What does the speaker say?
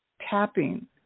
tapping